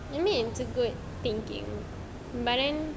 admin is a good thinking back then